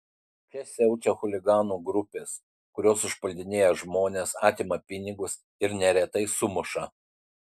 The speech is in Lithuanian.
čia siaučia chuliganų grupės kurios užpuldinėja žmones atima pinigus ir neretai sumuša